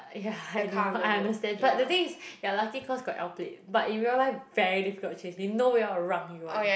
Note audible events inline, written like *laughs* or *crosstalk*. ya *laughs* I know I understand but the thing is you're lucky cause got L plate but in real life very difficult to change he know we are around [one]